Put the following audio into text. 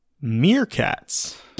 Meerkats